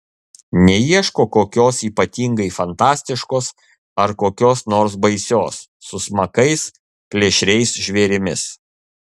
neieško kokios ypatingai fantastiškos ar kokios nors baisios su smakais plėšriais žvėrimis